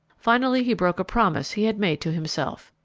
finally he broke a promise he had made to himself.